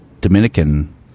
Dominican